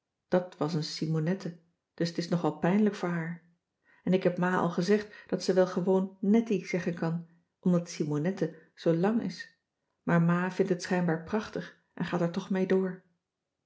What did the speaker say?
dat was een simonette dus t is nog wel pijnlijk voor haar en ik heb ma al gezegd dat ze wel gewoon nettie zeggen kan omdat simonette zoo lang is maar ma vindt het schijnbaar prachtig en gaat er toch mee door